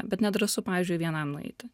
bet nedrąsu pavyzdžiui vienam nueiti